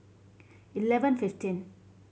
eleven fifteen